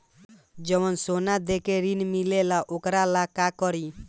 जवन सोना दे के ऋण मिलेला वोकरा ला का करी?